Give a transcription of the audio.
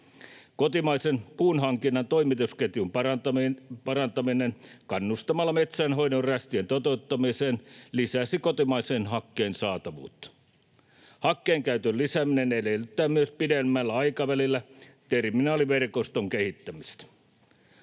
Kotimaisen puunhankinnan toimitusketjun parantaminen kannustamalla metsänhoidon rästien toteuttamiseen lisäisi kotimaisen hakkeen saatavuutta. Hakkeen käytön lisääminen edellyttää myös pidemmällä aikavälillä terminaaliverkoston kehittämistä.